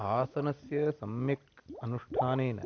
आसनस्य सम्यक् अनुष्ठानेन